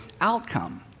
outcome